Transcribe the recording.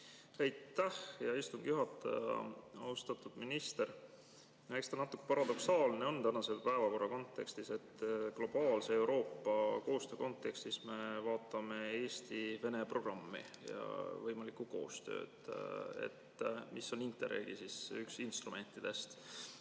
Aitäh, hea istungi juhataja! Austatud minister! Eks ta natuke paradoksaalne on tänase päevakorra kontekstis, et globaalse ja Euroopa koostöö kontekstis me vaatame Eesti-Vene programmi ja võimalikku koostööd, mis on üks Interregi instrumentidest.